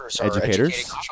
educators